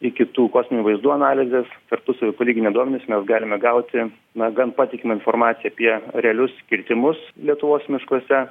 iki tų kosminių vaizdų analizės tarpusavy palyginę duomenis mes galime gauti na gan patikimą informaciją apie realius kirtimus lietuvos miškuose